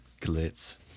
glitz